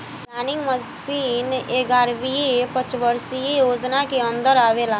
planning commission एग्यारहवी पंचवर्षीय योजना के अन्दर आवेला